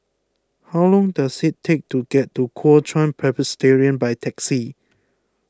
how long does it take to get to Kuo Chuan Presbyterian by taxi